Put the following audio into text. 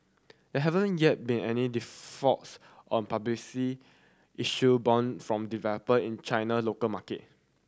there haven't yet been any defaults on issued bond from developer in China local market